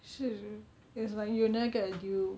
是 it's like you will never get a deal